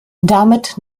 damit